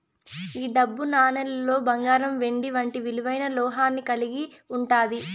ఈ డబ్బు నాణేలులో బంగారం వెండి వంటి విలువైన లోహాన్ని కలిగి ఉంటాది